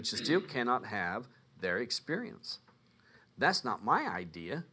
which is do cannot have their experience that's not my idea